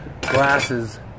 glasses